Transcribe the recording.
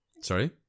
Sorry